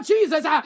Jesus